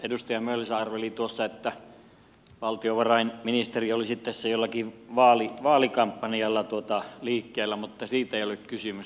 edustaja mölsä arveli tuossa että valtiovarainministeri olisi tässä jollakin vaalikampanjalla liikkeellä mutta siitä ei ole kysymys